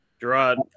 Gerard